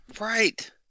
right